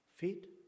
Feet